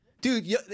Dude